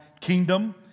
Kingdom